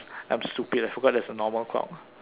I'm stupid I forgot there's a normal clock